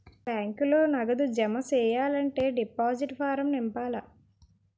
బ్యాంకులో నగదు జమ సెయ్యాలంటే డిపాజిట్ ఫారం నింపాల